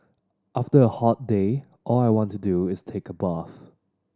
after a hot day all I want to do is take a bath